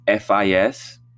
FIS